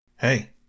Hey